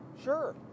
sure